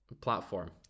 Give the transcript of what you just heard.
Platform